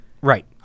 Right